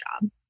job